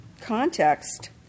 context